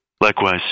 likewise